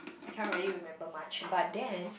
I cannot really remember much but then